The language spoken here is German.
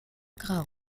grau